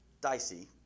dicey